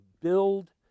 build